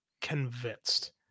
Convinced